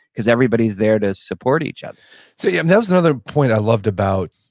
because everybody's there to support each other so yeah, there was another point i loved about,